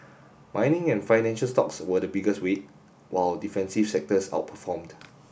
mining and financial stocks were the biggest weight while defensive sectors outperformed